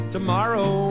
Tomorrow